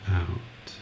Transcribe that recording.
out